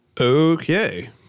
Okay